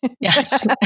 Yes